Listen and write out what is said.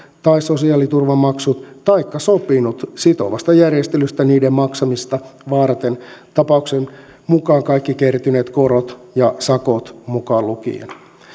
tai sosiaaliturvamaksut taikka sopinut sitovasta järjestelystä niiden maksamista varten tapauksen mukaan kaikki kertyneet korot ja sakot mukaan lukien